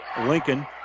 Lincoln